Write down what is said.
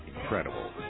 incredible